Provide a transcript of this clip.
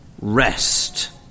rest